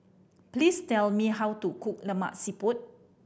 please tell me how to cook Lemak Siput